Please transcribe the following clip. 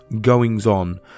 goings-on